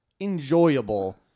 enjoyable